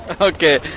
Okay